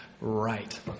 right